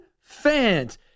fans